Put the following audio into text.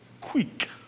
quick